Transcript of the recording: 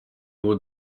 won